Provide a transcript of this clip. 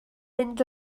mynd